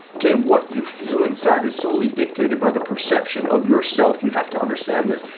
okay, what you feel inside is solely dictated by the perception of yourself you have to understand this,